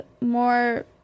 more